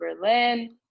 Berlin